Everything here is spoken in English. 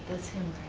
that's him,